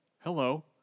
hello